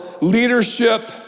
leadership